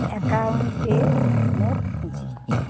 অ্যাকাউন্টে মোট পুঁজি